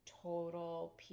total